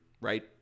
Right